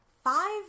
Five